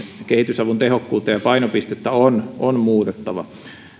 kehitysavun tehokkuutta ja painopistettä on on muutettava